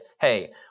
hey